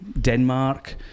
Denmark